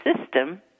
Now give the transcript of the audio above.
system